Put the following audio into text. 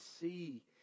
see